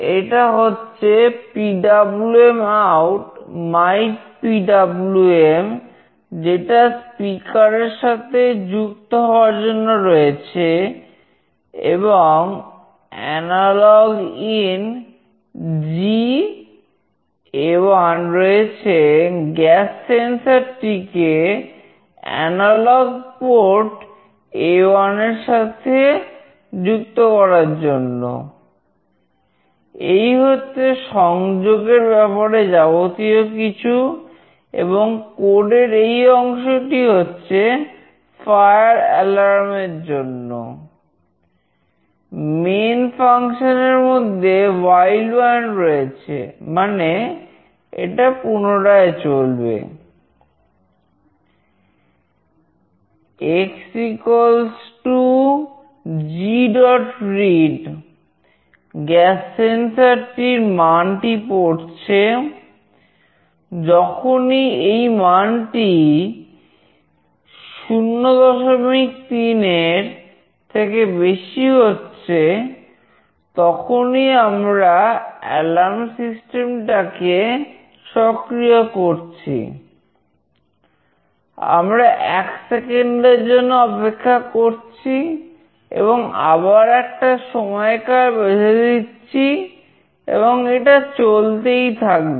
এটা হচ্ছে PWMOut mypwm যেটা স্পিকার রয়েছে মানে এটা পুনরায় চলবে